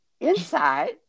inside